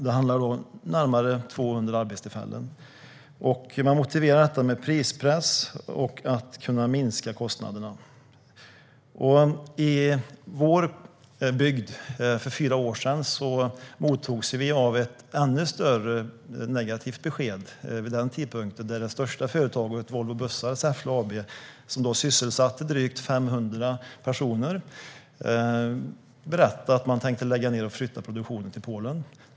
Det handlar om närmare 200 arbetstillfällen. Man motiverar detta med prispress och att kunna minska kostnaderna. I vår bygd mottog vi för fyra år sedan ett ännu större negativt besked. Det gällde vid den tidpunkten det största företaget, Volvo Bussar Säffle AB, som då sysselsatte drygt 500 personer. Det berättade att man tänkte lägga ned och flytta produktionen till Polen.